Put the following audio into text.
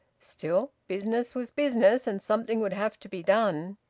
still, business was business, and something would have to be done.